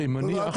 אשר,